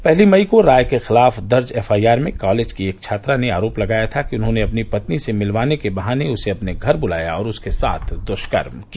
पहली मई को राय के खिलाफ दर्ज एफआईआर में कॉलेज की एक छात्रा ने आरोप लगाया था कि उन्होंने अपनी पत्नी से मिलवाने के बहाने उसे अपने घर बुलाया और उसके साथ द्ष्कर्म किया